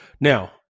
Now